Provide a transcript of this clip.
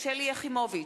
שלי יחימוביץ,